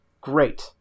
Great